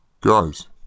Guys